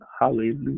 Hallelujah